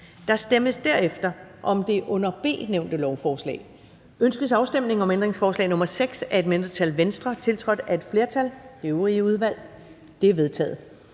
Der stemmes derefter om det under B nævnte lovforslag: Ønskes afstemning om ændringsforslag nr. 6 af et mindretal (V), tiltrådt af et flertal (det øvrige udvalg)? Det er vedtaget.